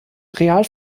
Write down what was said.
real